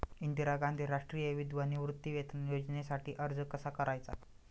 इंदिरा गांधी राष्ट्रीय विधवा निवृत्तीवेतन योजनेसाठी अर्ज कसा करायचा?